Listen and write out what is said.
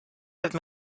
have